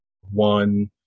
one